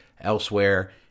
elsewhere